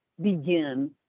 begin